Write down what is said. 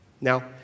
Now